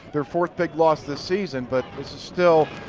their fourth big loss this season but this is still,